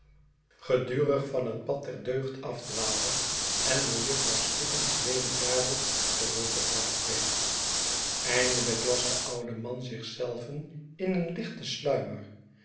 gedurig van net pad der deugd afdwaalde en door jufvrouw skiffins weder daarop teruggebracht werd eindelijk las de oude man zich zelven in een lichten